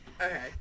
Okay